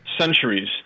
centuries